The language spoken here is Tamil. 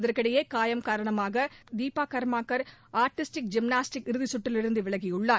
இதற்கிடையே காயம் காரணமாக தீபா கள்மாக்கர் ஆர்ட்டிஸ்டிக் ஜிம்னாஸ்டிக்இறுதி கற்றிலிருந்து விலகி உள்ளார்